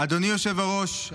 אדוני היושב-ראש,